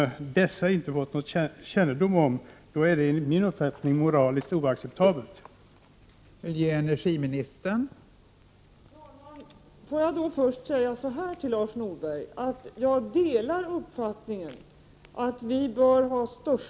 1988/89:12 fått någon kännedom om, är det enligt min uppfattning moraliskt oaccepta 20 oktober 1988